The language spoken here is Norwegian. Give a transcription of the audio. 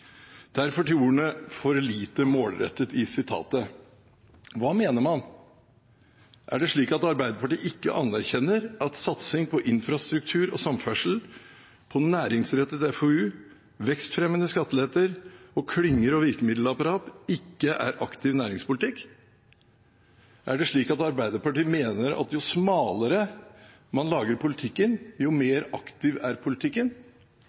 Derfor til ordene «for lite målrettet» i sitatet: Hva mener man? Er det slik at Arbeiderpartiet ikke anerkjenner at satsing på infrastruktur og samferdsel, på næringsrettet FoU, vekstfremmende skatteletter og klynger og virkemiddelapparat er aktiv næringspolitikk? Er det slik at Arbeiderpartiet mener at jo smalere man lager politikken, jo mer aktiv er politikken?